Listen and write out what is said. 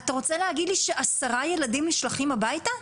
אתה רוצה להגיד לי שעשרה ילדים נשלחים הביתה?